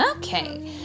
Okay